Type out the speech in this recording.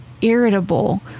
irritable